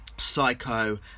psycho